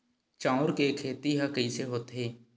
चांउर के खेती ह कइसे होथे?